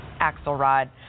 Axelrod